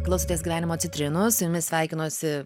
klausotės gyvenimo citrinų su jumis sveikinosi